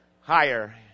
higher